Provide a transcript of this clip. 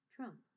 Trump